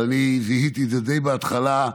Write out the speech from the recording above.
אבל אני זיהיתי די בהתחלה,